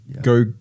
go